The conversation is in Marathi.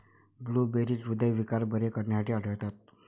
ब्लूबेरी हृदयविकार बरे करण्यासाठी आढळतात